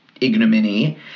ignominy